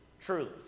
truly